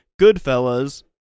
Goodfellas